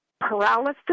paralysis